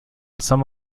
some